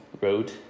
Road